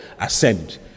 ascend